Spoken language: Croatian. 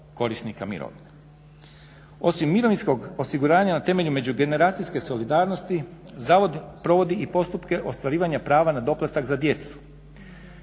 korisnika mirovine. Osim mirovinskog osiguranja na temelju međugeneracijske solidarnosti zavod provodi i postupke ostvarivanja prava na doplatak za djecu.